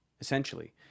essentially